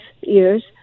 years